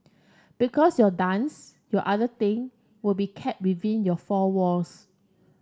because your dance your other thing will be kept within your four walls